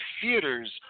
theaters